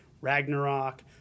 Ragnarok